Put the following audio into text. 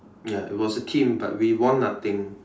ya it was a team but we won nothing